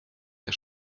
der